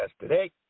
today